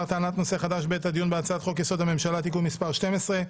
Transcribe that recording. טענת נושא חדש בעת הדיון בהצעת הצעת חוק-יסוד: הממשלה (תיקון מס' 12)